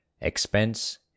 expense